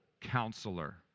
Counselor